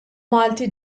malti